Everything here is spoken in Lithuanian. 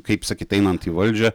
kaip sakyt einant į valdžią